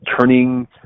turning